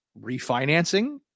refinancing